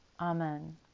Amen